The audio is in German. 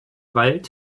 wald